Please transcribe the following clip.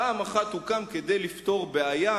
פעם אחת הוא הוקם כדי לפתור בעיה